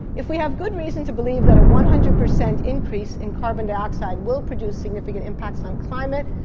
if we have good reason to believe that a one hundred percent increase in carbon dioxide will produce significant impacts on climate,